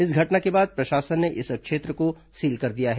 इस घटना के बाद प्रशासन ने इस क्षेत्र को सील कर दिया है